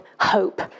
hope